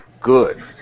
good